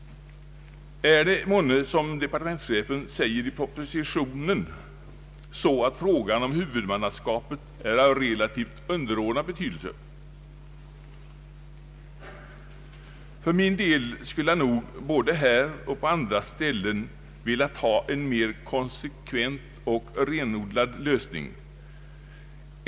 Är det månne så, som departementschefen säger i propositionen, att frågan om huvudmannaskapet är av relativt underordnad betydelse? För min del skulle jag nog både här och på andra ställen velat ha en mer konsekvent och mer renodlad lösning.